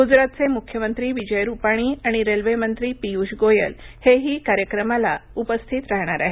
गुजरातचे मुख्यमंत्री विजय रुपाणी आणि रेल्वेमंत्री पीयूष गोयल हेही कार्यक्रमाला उपस्थित राहणार आहेत